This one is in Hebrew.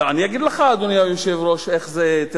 אני אגיד לך, אדוני היושב-ראש, איך זה.